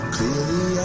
Clearly